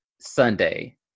Sunday